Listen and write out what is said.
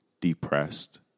depressed